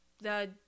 the-